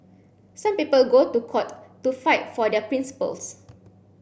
some people go to court to fight for their principles